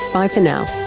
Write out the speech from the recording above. bye for now